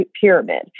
pyramid